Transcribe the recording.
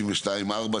62(4),